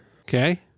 Okay